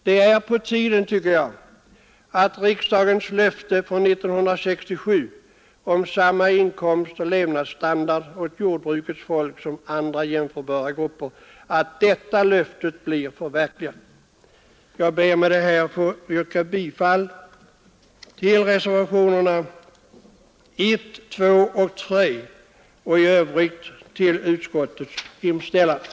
Det är på tiden tycker jag att riksdagens löfte från år 1967 om samma inkomst och levnadsstandard åt jordbrukets folk som andra jämförbara grupper infrias. Ärade talman! Med detta ber jag att få yrka bifall till reservationerna 1, 2 och 3 och i övrigt till utskottets hemställan.